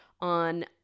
on